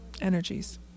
energies